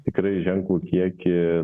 tikrai ženklų kiekį